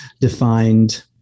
defined